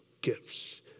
gifts